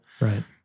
Right